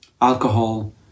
alcohol